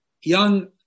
young